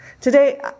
Today